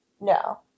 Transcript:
No